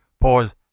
pause